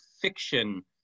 fiction